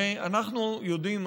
הרי אנחנו יודעים,